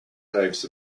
types